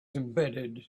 embedded